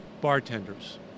bartenders